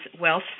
Wealth